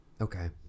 okay